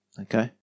Okay